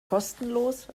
kostenlos